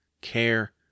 care